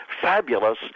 fabulous